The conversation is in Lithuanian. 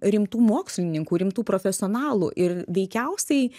rimtų mokslininkų rimtų profesionalų ir veikiausiai